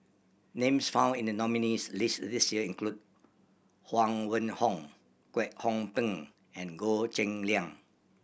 names found in the nominees' list this year include Huang Wenhong Kwek Hong Png and Goh Cheng Liang